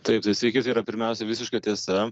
taip tai sveiki tai yra pirmiausia visiška tiesa